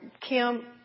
Kim